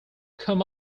come